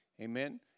Amen